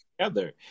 together